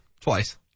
twice